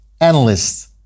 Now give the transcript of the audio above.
analysts